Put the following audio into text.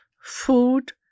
Food